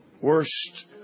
worst